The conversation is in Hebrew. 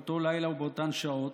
באותו לילה ובאותן שעות.